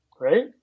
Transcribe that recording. right